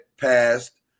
passed